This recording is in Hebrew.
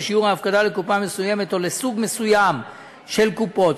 ושיעור ההפקדה לקופה מסוימת או לסוג מסוים של קופות,